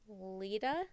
Lita